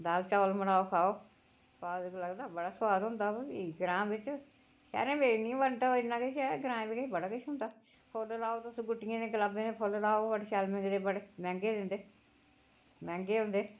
दाल चौल बनाओ खाओ सुआद ते लगदा बड़ा सुआद होंदा पर ग्रांऽ बिच्च शैह्रे बिच्च इन्नी इन्ना किश ऐ ग्राएं बिच्च बड़ा किश होंदा फुल्ल लाओ तुस गुट्टियें दे गलाबें दे फुल्ल लाओ बड़े शैल लगदे बड़े मैंह्गे दिंदे मैंह्गे होंदे